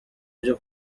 vyo